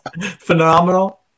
phenomenal